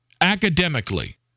academically